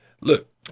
Look